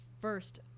first